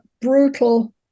brutal